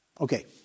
Okay